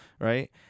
right